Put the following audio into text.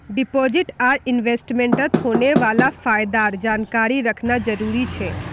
deposit आर इन्वेस्टमेंटत होने वाला फायदार जानकारी रखना जरुरी छे